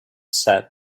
said